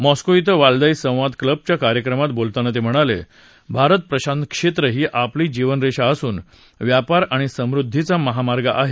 Moscow िं Valdai संवाद क्लबच्या कार्यक्रमात बोलताना ते म्हणाले भारत प्रशांत क्षेत्र ही आपली जीवनरेषा असून व्यापार आणि समृद्दीचा महामार्ग आहे